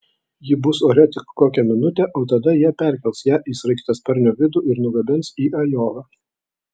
ji bus ore tik kokią minutę o tada jie perkels ją į sraigtasparnio vidų ir nugabens į ajovą